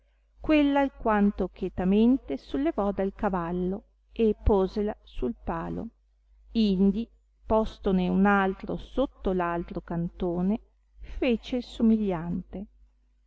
quella alquanto chetamente sollevò dal cavallo e posela su palo indi postone un altro sotto l'altro cantone fece il somigliante